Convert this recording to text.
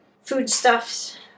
foodstuffs